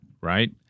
right